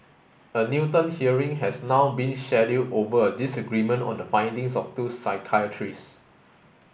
a Newton hearing has now been scheduled over a disagreement on the findings of two psychiatrists